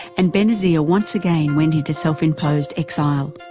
and benazir once again went into self-imposed exile.